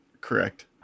Correct